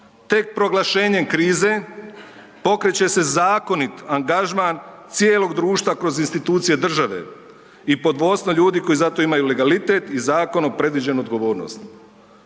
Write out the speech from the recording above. Tek proglašenjem krize pokreće se zakonit angažman cijelog društva kroz institucije države i pod vodstvom ljudi koji za to imaju legalitet i zakonom predviđenu odgovornost.